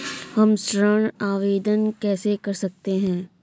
हम ऋण आवेदन कैसे कर सकते हैं?